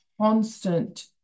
constant